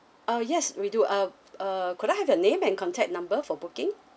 uh yes we do uh err could I have your name and contact number for booking